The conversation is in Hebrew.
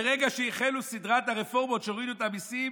מרגע שהחילו סדרת רפורמות שהורידו את המיסים